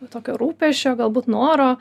tokio rūpesčio galbūt noro